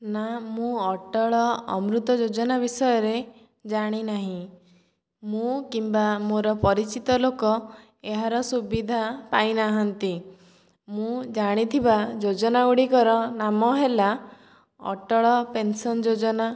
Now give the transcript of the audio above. ନା ମୁଁ ଅଟଳ ଅମୃତ ଯୋଜନା ବିଷୟରେ ଜାଣିନାହିଁ ମୁଁ କିମ୍ବା ମୋର ପରିଚିତ ଲୋକ ଏହାର ସୁବିଧା ପାଇନାହାନ୍ତି ମୁଁ ଜାଣିଥିବା ଯୋଜନା ଗୁଡ଼ିକର ନାମ ହେଲା ଅଟଳ ପେନ୍ସନ୍ ଯୋଜନା